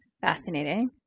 Fascinating